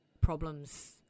problems